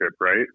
right